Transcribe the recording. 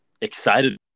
excited